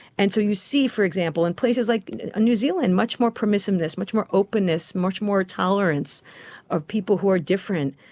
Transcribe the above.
and so you see, for example, in places like new zealand, much more permissiveness, much more openness, much more tolerance of people who are different.